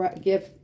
give